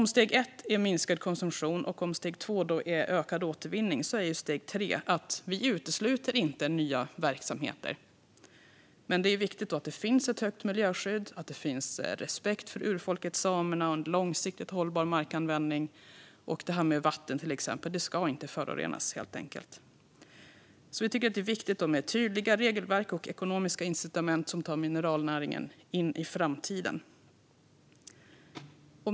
Om steg ett är minskad konsumtion och steg två är ökad återvinning är steg tre att vi inte utesluter nya verksamheter. Men det är då viktigt att det finns ett stort miljöskydd, att det finns respekt för urfolket samerna och en långsiktigt hållbar markanvändning. Och vatten ska helt enkelt inte förorenas. Vi tycker alltså att det är viktigt med tydliga regelverk och ekonomiska incitament som tar mineralnäringen in i framtiden.